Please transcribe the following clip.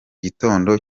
gitondo